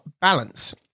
balance